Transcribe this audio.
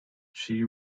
she